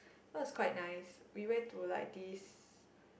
it was quite nice we went to like this